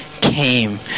came